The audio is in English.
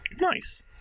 Nice